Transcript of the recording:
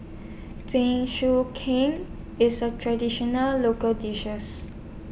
Jingisukan IS A Traditional Local dishes